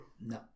no